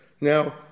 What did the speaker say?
Now